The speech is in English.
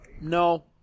No